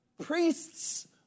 priests